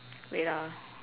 wait ah